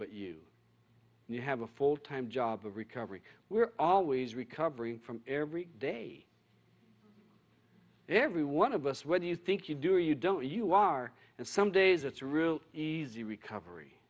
but you and you have a full time job of recovery we're always recovering from every day every one of us whether you think you do or you don't you are and some days it's real easy recovery